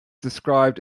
described